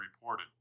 reported